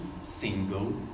single